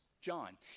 John